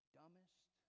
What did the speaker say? dumbest